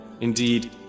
indeed